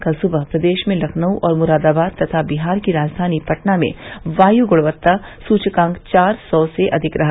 कल सुबह प्रदेश में लखनऊ और मुरादाबाद तथा बिहार की राजधानी पटना में वायू गुणवत्ता सूचकांक चार सौ से अधिक रहा